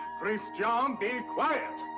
christian, um be quiet!